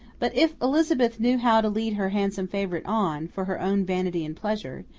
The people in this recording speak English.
but if elizabeth knew how to lead her handsome favourite on, for her own vanity and pleasure,